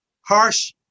harsh